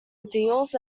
ideals